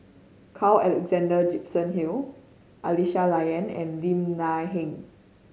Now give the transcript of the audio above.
Carl Alexander Gibson Hill Aisyah Lyana and Lim Nang Seng